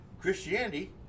Christianity